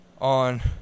on